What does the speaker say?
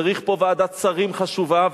צריך פה ועדת שרים חשובה,